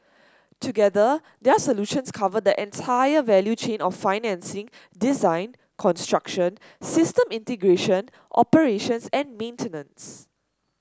together their solutions cover the entire value chain of financing design construction system integration operations and maintenance